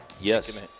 Yes